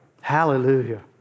Hallelujah